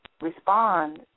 respond